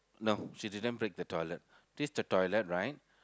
no she didn't break the toilet this is the toilet right